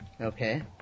okay